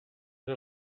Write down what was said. had